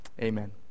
Amen